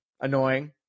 Annoying